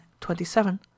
twenty-seven